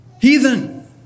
heathen